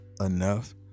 enough